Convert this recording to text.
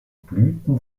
blüten